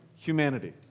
Humanity